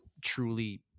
truly